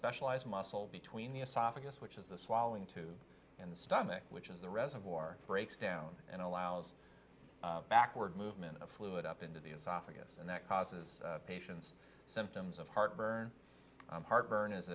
specialized muscle between the esophagus which is the swallowing too in the stomach which is the reservoir breaks down and allows backward movement of fluid up into the esophagus and that causes patients symptoms of heartburn heartburn is